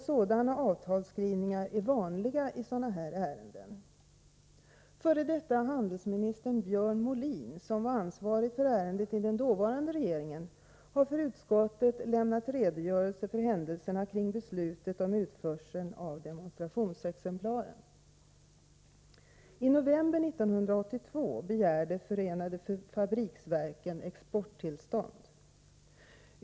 Sådana avtalsskrivningar är vanliga i sådana här ärenden. F.d. handelsministern Björn Molin, som var ansvarig för ärendet i den dåvarande regeringen, har för utskottet lämnat redogörelse för händelserna kring beslutet om utförseln av demonstrationsexemplaren. I november 1982 begärde Förenade Fabriksverken exporttillstånd.